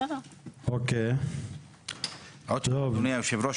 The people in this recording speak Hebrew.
אדוני היושב-ראש,